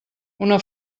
una